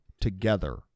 together